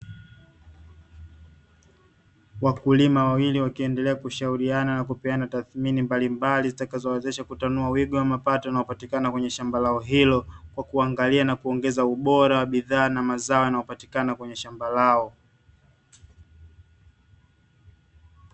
Wakulima wawili wakiendelea kushauriana na kupeana tathimini, mbali mbali zitakazo wawezesha, kutanua wigo wa mapato yanayo patikana kwenye shamba hilo, kwa kuangalia na kuongeza ubora wa bidhaa na mazao yanayo patikana kwenye shamba lao.